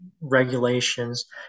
regulations